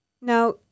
Now